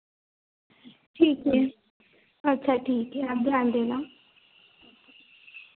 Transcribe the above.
ठीक है अच्छा ठीक है आप ध्यान देना